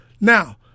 Now